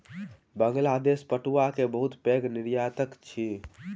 बांग्लादेश पटुआ के बहुत पैघ निर्यातक अछि